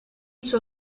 suo